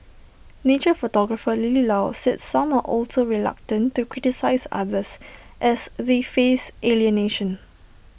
nature photographer lily low said some are also reluctant to criticise others as they feed alienation